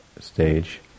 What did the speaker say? stage